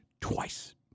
twice